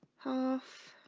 half